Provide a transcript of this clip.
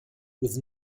with